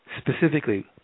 specifically